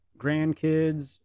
grandkids